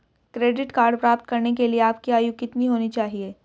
Credit card प्राप्त करने के लिए आपकी आयु कितनी होनी चाहिए?